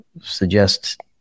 suggest